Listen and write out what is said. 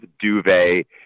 duvet